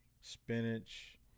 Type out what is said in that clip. spinach